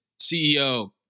CEO